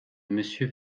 monsieur